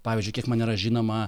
pavyzdžiui kiek man yra žinoma